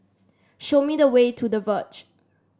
show me the way to The Verge